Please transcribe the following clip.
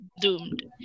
doomed